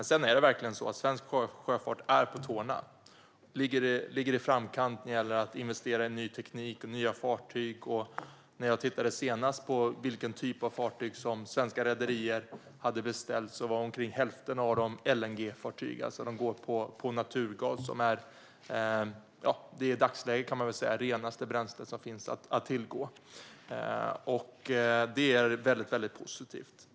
Sedan är det verkligen så att svensk sjöfart är på tårna och ligger i framkant när det gäller att investera i ny teknik och nya fartyg. När jag senast tittade på vilken typ av fartyg som svenska rederier hade beställt var omkring hälften av dem LNG-fartyg - de går alltså på naturgas, vilket i dagsläget är det renaste bränslet som finns att tillgå, och det är väldigt positivt.